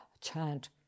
chant